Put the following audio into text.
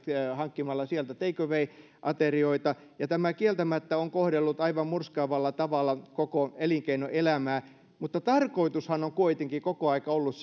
hankkimalla sieltä take away aterioita tämä kieltämättä on kohdellut aivan murskaavalla tavalla koko elinkeinoelämää mutta tarkoitushan on kuitenkin koko ajan ollut